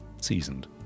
seasoned